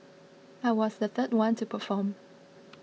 I was the third one to perform